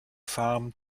farm